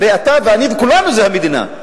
הרי אתה ואני וכולנו זה המדינה.